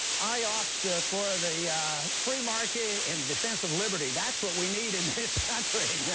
i opt for the free market in defense of liberty. that's what we need in this country. yeah